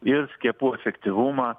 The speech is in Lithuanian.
ir skiepų efektyvumą